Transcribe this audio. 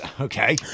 Okay